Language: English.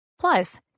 Plus